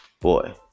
boy